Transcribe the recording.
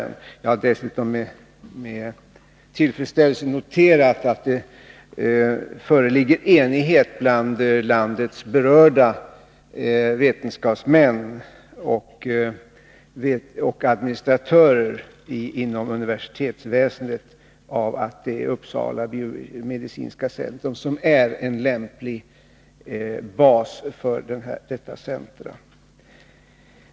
Jag har dessutom med tillfredsställelse noterat att det föreligger enighet bland landets berörda vetenskapsmän och administratörer inom universitetsväsendet om att det är Uppsala biomedicinska centrum som är den lämpliga basen för centret i fråga.